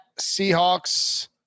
Seahawks